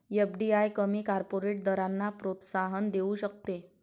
FDI कमी corporate दरांना प्रोत्साहन देऊ शकते